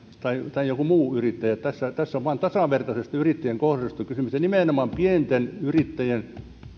tai tai joku muu yrittäjä tässä tässä on kysymys vain tasavertaisesta yrittäjien kohtelusta ja nimenomaan pienten yrittäjien